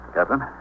Captain